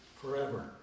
forever